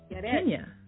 Kenya